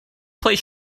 please